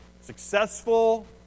successful